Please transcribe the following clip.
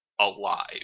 alive